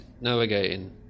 navigating